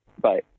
Bye